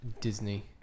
Disney